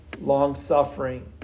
long-suffering